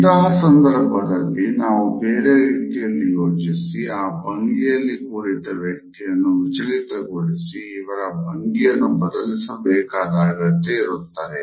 ಇಂತಹ ಸಂದರ್ಭದಲ್ಲಿ ನಾವು ಬೇರೆ ರೀತಿಯಲ್ಲಿ ಯೋಚಿಸಿ ಈ ಭಂಗಿಯಲ್ಲಿ ಕುಳಿತ ವ್ಯಕ್ತಿಯನ್ನು ವಿಚಲಿತಗೊಳಿಸಿ ಇವರ ಭಂಗಿಯನ್ನು ಬದಲಿಸಬೇಕಾದ ಅಗತ್ಯ ಇರುತ್ತದೆ